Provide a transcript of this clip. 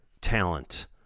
talent